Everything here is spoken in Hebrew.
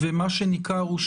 מה שניכר הוא,